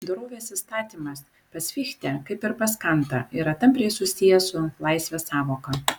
dorovės įstatymas pas fichtę kaip ir pas kantą yra tampriai susijęs su laisvės sąvoka